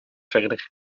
verder